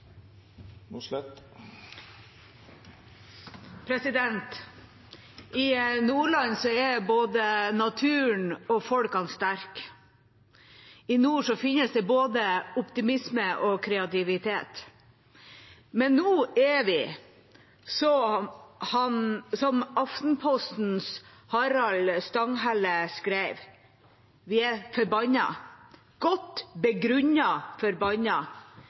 både naturen og folkene sterke. I nord finnes det både optimisme og kreativitet. Men nå er vi forbannet, som Harald Stanghelle skrev i Aftenposten. Vi er godt